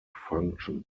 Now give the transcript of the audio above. functions